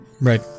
right